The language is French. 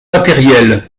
matérielles